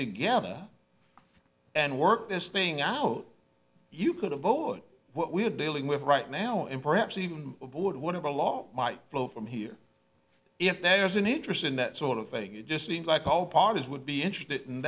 together and work this thing out you could avoid what we're dealing with right now and perhaps even a board one of the law might flow from here if there's an interest in that sort of thing it just seems like all parties would be interested in